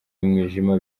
y’umwijima